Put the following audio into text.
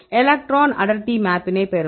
electron அடர்த்தி மேப்பினை பெறுவோம்